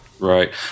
right